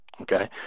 Okay